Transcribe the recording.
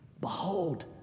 behold